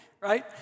right